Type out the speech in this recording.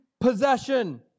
possession